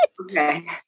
Okay